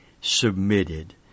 submitted